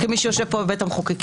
כמי שיושבים פה בבית המחוקקים,